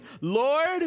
Lord